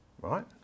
right